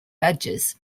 badgers